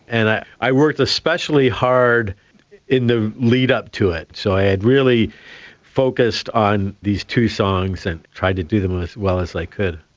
and i i worked especially hard in the lead-up to it. so i had really focused on these two songs and tried to do them as well as i could.